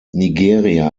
nigeria